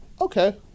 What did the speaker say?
Okay